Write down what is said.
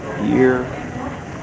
Year